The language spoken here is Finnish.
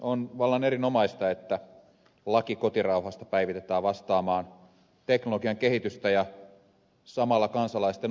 on vallan erinomaista että laki kotirauhasta päivitetään vastaamaan teknologian kehitystä ja samalla kansalaisten oikeuskäsitystä